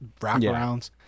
wraparounds